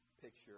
picture